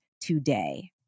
today